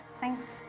thanks